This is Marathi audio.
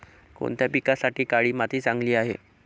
कोणत्या पिकासाठी काळी माती चांगली आहे?